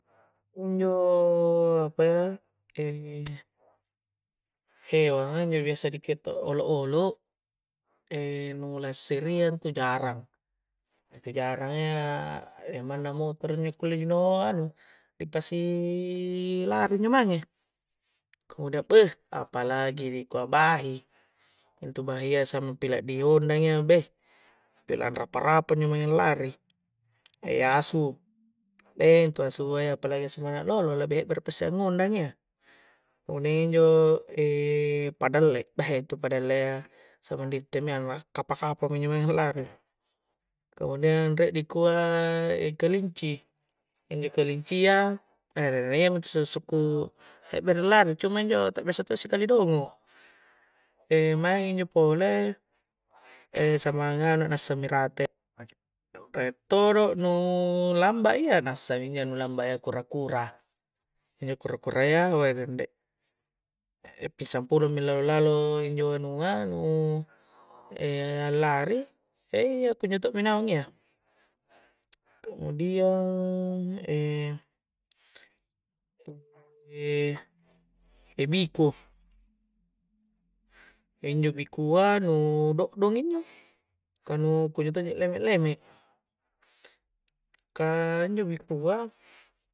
Injo' apa e' e' iyo injo' biasa di kio' to olo-olo' e' nulassiria' intu' jarang' intu' jarang' ya manna mutoro' nyi' kulle' nu' anu, di pasi' lari' injo' mange' kemudian beh' apalagi ri' kua' bahi', intu bahi' ya sami'pala' di ondangi' ya beh' pilangrapa-rapa injo' mange' lari' e' asu' e' intu' asua' ya palagi sua nu' na' lolo lebih hebbara' pesse' angundang' ya kemudian injo' e' padalle', beh' intu padalle' ya, saming ditte'i mi iya', la' kappa-kappo mi injo' mae' nu lange' kemudian re' dikua' i' kelinci injo' kelincia, bededede iya' mi se'sukku' ber' bere' lari cuma injo' ta' biasa to' sikale' dongo' e' maengi injo' pole' e' samanga'na' e' sammerate' re' todo' nu lamba' ya, nassami ya' nulamba ya' kura-kura, injo kura-kura ya' wahdende' e' pissang' pulomi lallo'-lallo' injo' nu anua' nu' e' lari', e' iya kunjo' to' mi naung iya kemudian, e' e' pe'pikuf, injo' pikua' nu' do'dong injo', kah nu' kodi' to' leme'-leme' kah injo' pikua'